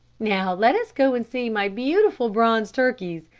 now let us go and see my beautiful, bronze turkeys.